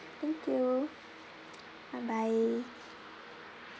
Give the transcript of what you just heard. thank you bye bye